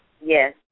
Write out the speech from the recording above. Yes